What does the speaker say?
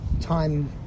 time